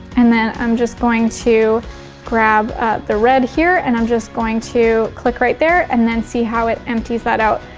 and then i'm just going to grab the red here and i'm just going to click right there and then see how it empties that out.